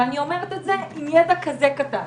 אני אומרת את זה עם ידע כזה קטן,